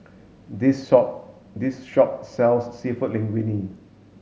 this this shop sells Seafood Linguine